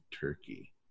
Turkey